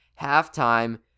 halftime